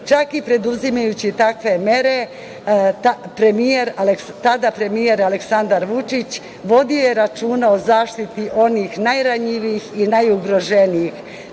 Čak i preduzimajući takve mere, tada premijer, Aleksandar Vučić vodio je računa o zaštiti onih najranjivijih i najugroženijih,